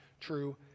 true